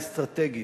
אסטרטגית,